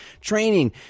training